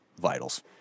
vitals